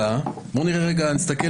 נכון